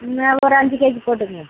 ம் ஒரு அஞ்சு கேஜி போட்டுக்கோங்க